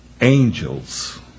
angels